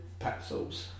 Pixels